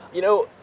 you know,